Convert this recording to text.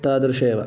तादृशम् एव